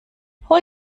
hol